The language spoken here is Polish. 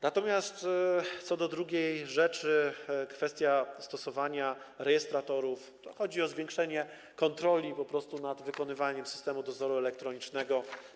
Natomiast co do drugiej rzeczy, kwestii stosowania rejestratorów, to chodzi po prostu o zwiększenie kontroli nad wykonywaniem systemu dozoru elektronicznego.